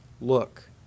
look